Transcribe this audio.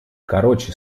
короче